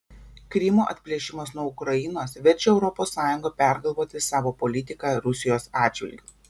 krymo atplėšimas nuo ukrainos verčia europos sąjungą pergalvoti savo politiką rusijos atžvilgiu